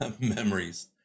memories